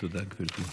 תודה, גברתי.